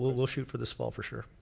we'll we'll shoot for this fall, for sure.